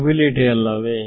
stability ಅಲ್ಲವೇ